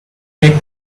make